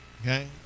Okay